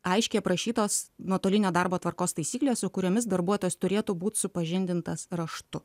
aiškiai aprašytos nuotolinio darbo tvarkos taisyklės kuriomis darbuotojas turėtų būt supažindintas raštu